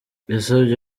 yasabye